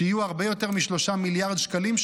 שיהיו בסכום של הרבה יותר מ-3 מיליארד שקלים,